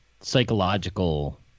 psychological